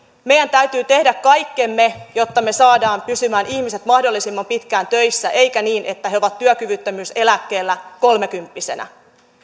meidän täytyy tehdä kaikkemme jotta me saamme ihmiset pysymään mahdollisimman pitkään töissä eikä niin että he ovat työkyvyttömyyseläkkeellä kolmekymppisenä